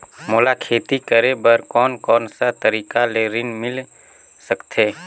मोला खेती करे बर कोन कोन सा तरीका ले ऋण मिल सकथे?